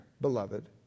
beloved